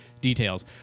details